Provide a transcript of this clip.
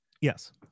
Yes